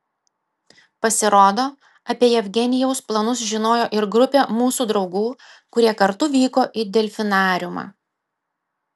pasirodo apie jevgenijaus planus žinojo ir grupė mūsų draugų kurie kartu vyko į delfinariumą